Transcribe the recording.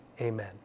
amen